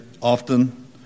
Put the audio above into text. often